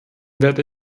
werde